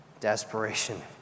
Desperation